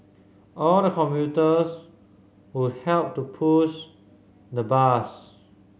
all the commuters would help to push the bus